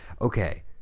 Okay